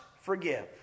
forgive